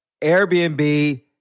Airbnb